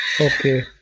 Okay